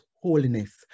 holiness